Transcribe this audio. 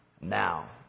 now